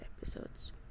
episodes